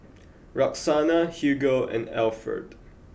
Roxana Hugo and Alferd